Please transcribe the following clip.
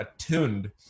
attuned